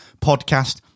podcast